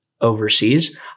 overseas